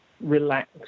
relax